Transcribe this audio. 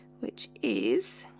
which is